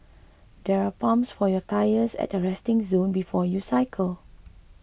there are pumps for your tyres at the resting zone before you cycle